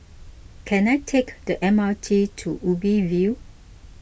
can I take the M R T to Ubi View